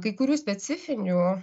kai kurių specifinių